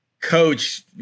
coach